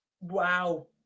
wow